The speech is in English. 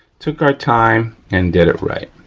took our time and did it right.